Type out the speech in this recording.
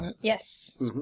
Yes